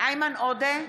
איימן עודה,